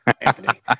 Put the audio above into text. Anthony